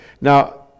Now